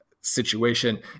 situation